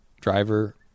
driver